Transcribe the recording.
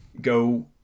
go